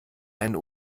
einen